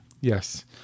Yes